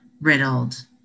riddled